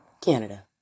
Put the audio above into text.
Canada